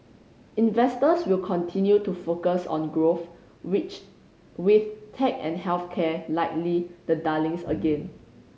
investors will continue to focus on growth which with tech and health care likely the darlings again